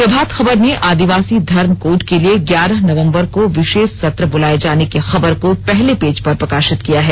प्रभात खबर ने आदिवासी धर्म कोड के लिए ग्यारह नवम्बर को विशेश सत्र बुलाए जाने की खबर को पहले पेज पर प्रकाशित किया है